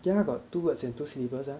yeah got two words and two syllabus ah